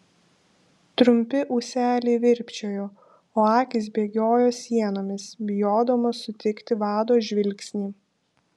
trumpi ūseliai virpčiojo o akys bėgiojo sienomis bijodamos sutikti vado žvilgsnį